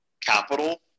capital